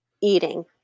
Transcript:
eating